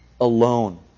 alone